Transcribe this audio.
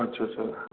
अच्छा अच्छा